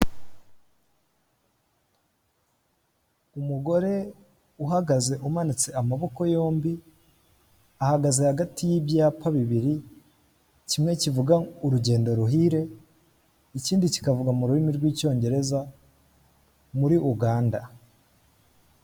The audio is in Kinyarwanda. Umugore uhagaze umanitse amaboko yombi ahagaze hagati y'ibyapa bibiri kimwe kivuga urugendo ruhire ikindi kikavuga mu rurimi rw'icyongereza muri Uganda.